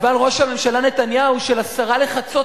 ראש הממשלה נתניהו של עשר דקות לחצות